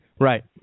Right